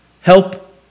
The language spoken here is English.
help